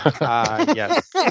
Yes